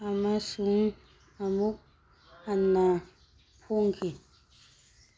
ꯑꯃꯁꯨꯡ ꯑꯃꯨꯛ ꯍꯟꯅ ꯐꯣꯡꯈꯤ